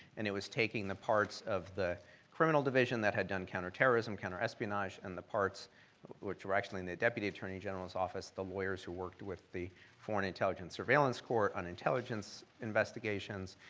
and it was taking the parts of the criminal division that had done counter-terrorism, counterespionage, and the parts which were actually in the deputy attorney general's office, the lawyers who worked with the foreign intelligence surveillance court on intelligence investigations,